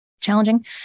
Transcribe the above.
challenging